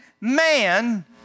man